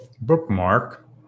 bookmark